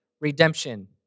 redemption